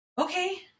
okay